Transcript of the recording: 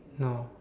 no